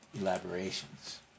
elaborations